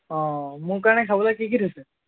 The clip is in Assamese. অঁ মোৰ কাৰণে খাবলৈ কি কি থৈছে